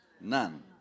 none